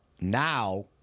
now